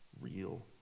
real